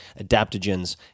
adaptogens